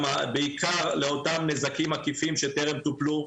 בעיקר לאותם נזקים עקיפים שטרם טופלו,